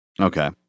okay